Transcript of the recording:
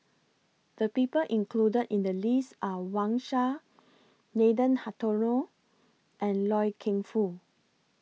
The People included in The list Are Wang Sha Nathan Hartono and Loy Keng Foo